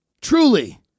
truly